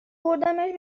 بردمش